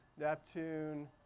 Neptune